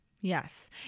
Yes